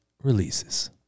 releases